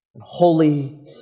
holy